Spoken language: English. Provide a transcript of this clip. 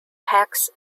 hacks